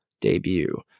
debut